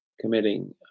committing